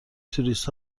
توریست